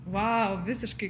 vau visiškai